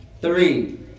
three